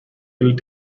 ill